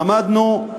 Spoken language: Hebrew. עמדתנו,